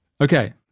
Okay